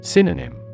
Synonym